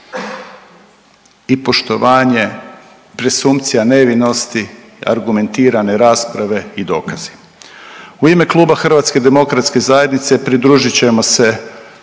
i poštovanje presumpcija nevinosti, argumentirane rasprave i dokazi. U ime Kluba HDZ-a pridružit ćemo se